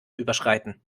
überschreiten